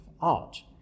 art